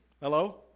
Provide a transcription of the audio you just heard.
Hello